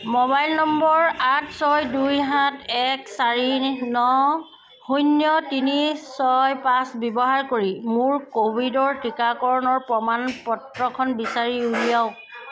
mobile number আঠ ছয় দুই সাত এক চাৰি ন শূন্য তিনি ছয় পাঁচ ব্যৱহাৰ কৰি মোৰ ক'ভিডৰ টীকাকৰণৰ প্ৰমাণ পত্ৰখন বিচাৰি উলিয়াওক